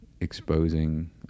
exposing